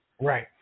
Right